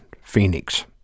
Phoenix